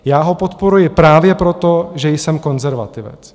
Já ho podporuji právě proto, že jsem konzervativec.